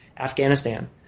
Afghanistan